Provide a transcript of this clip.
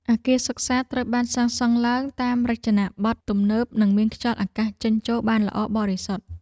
អគារសិក្សាត្រូវបានសាងសង់ឡើងតាមរចនាបថទំនើបនិងមានខ្យល់អាកាសចេញចូលបានល្អបរិសុទ្ធ។